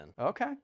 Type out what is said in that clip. Okay